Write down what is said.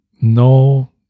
no